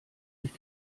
ich